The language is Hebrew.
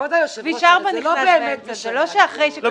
כבוד היושב ראש, זה לא באמת --- למה לא?